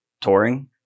touring